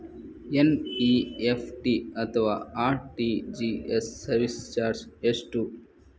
NEFT ಅಥವಾ RTGS service charge ಎಷ್ಟು?